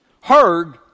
heard